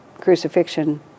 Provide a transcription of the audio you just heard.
crucifixion